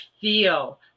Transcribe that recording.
feel